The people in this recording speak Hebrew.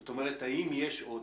זאת אומרת, האם יש עוד?